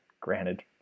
granted